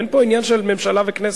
אין פה עניין של ממשלה וכנסת,